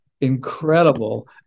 incredible